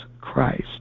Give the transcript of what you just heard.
Christ